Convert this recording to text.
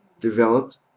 developed